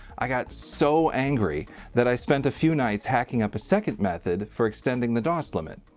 i got so angry that i spent a few nights hacking up a second method for extending the dos limit.